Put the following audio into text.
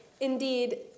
indeed